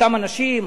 אותם אנשים,